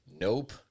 Nope